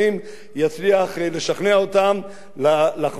אותם לחבור פה למליאה ולהצביע אתנו.